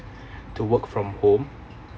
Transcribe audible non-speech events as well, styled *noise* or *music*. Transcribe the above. *breath* to work from home